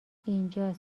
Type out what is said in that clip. اینجاس